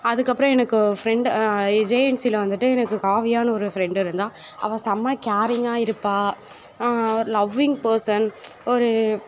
அதுக்கப்புறம் எனக்கு ஃப்ரெண்ட் ஜேஎன்சியில வந்துட்டு எனக்கு காவியான்னு ஒரு ஃப்ரெண்டு இருந்தால் அவள் செம்ம கேரிங்காக இருப்பாள் ஒரு லவ்விங் பர்சன் ஒரு